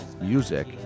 Music